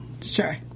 Sure